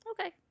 Okay